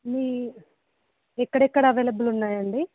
మీ ఎక్కడెక్కడ అవైలబుల్ ఉన్నాయండి